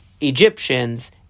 Egyptians